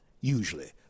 usually